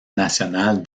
national